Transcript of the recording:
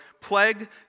plague